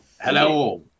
Hello